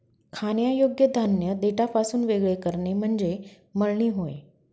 खाण्यायोग्य धान्य देठापासून वेगळे करणे म्हणजे मळणी होय